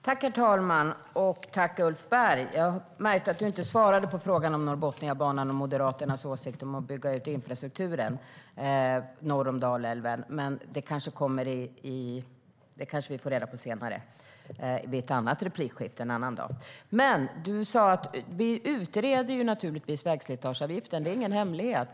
Herr talman! Jag märkte att du inte svarade på frågan om Norrbotniabanan och Moderaternas åsikt om att bygga ut infrastrukturen norr om Dalälven, Ulf Berg. Men det kanske vi får reda på vid ett annat replikskifte en annan dag. Du sa att vi utreder vägslitageavgiften. Det är ingen hemlighet.